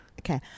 Okay